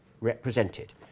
represented